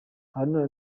haruna